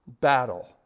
battle